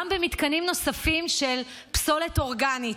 גם במתקנים נוספים של פסולת אורגנית.